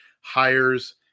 hires